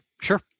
sure